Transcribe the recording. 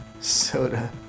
Soda